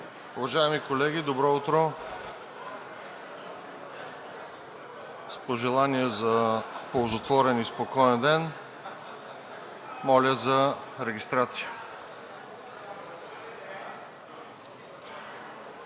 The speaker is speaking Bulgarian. Уважаеми колеги, добро утро! С пожелание за ползотворен и спокоен ден, моля за регистрация.